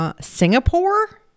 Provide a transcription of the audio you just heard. Singapore